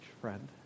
friend